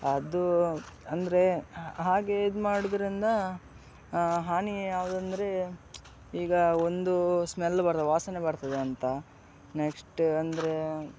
ಅದು ಅಂದರೆ ಹಾಗೆ ಇದು ಮಾಡೋದ್ರಿಂದ ಹಾನಿ ಯಾವ್ದೆಂದ್ರೆ ಈಗ ಒಂದು ಸ್ಮೆಲ್ ಬರ್ತದೆ ವಾಸನೆ ಬರ್ತದೆ ಅಂತ ನೆಕ್ಸ್ಟ್ ಅಂದರೆ